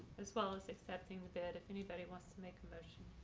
as well as accepting the bed if anybody wants to make a motion.